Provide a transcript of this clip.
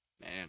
Man